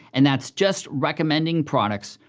and that's just recommending products,